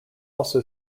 also